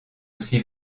aussi